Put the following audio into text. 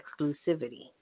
exclusivity